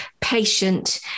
patient